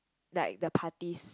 like the parties